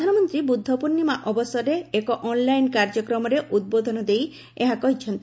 ପ୍ରଧାନମନ୍ତ୍ରୀ ବୁଦ୍ଧପୂର୍ଣ୍ଣିମା ଅବସରରେ ଏକ ଅନ୍ଲାଇନ୍ କାର୍ଯ୍ୟକ୍ରମରେ ଉଦ୍ବୋଧନ ଦେଇ ଏହା କହିଛନ୍ତି